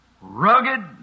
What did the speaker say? Rugged